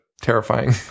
terrifying